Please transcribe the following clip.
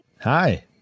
Hi